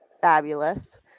fabulous